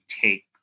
take